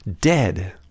dead